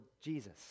Jesus